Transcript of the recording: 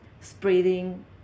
spreading